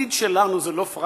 העתיד שלנו, זה לא פראזה,